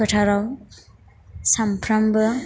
फोथाराव सानफ्रामबो